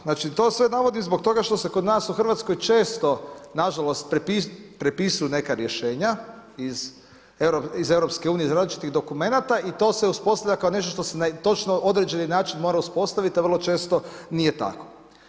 Znači to sve navodim zbog toga što se kod nas u Hrvatskoj često, nažalost prepisuju neka rješenja iz EU, iz različitih dokumenata i to se uspostavlja kao nešto što se točno na određeni način mora uspostaviti, a vrlo često nije tako.